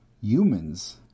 Humans